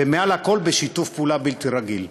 ומעל הכול בשיתוף פעולה בלתי רגיל.